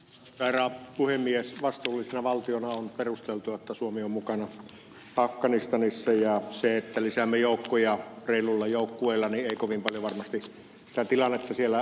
on perusteltua että vastuullisena valtiona suomi on mukana afganistanissa ja se että lisäämme joukkoja reilulla joukkueella ei kovin paljon varmasti sitä tilannetta siellä muuta